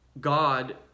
God